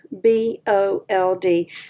B-O-L-D